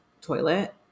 Toilet